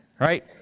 right